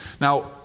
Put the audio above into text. Now